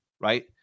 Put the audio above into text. right